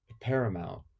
paramount